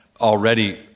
already